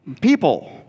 people